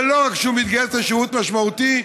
ולא רק שהוא מתגייס לשירות משמעותי,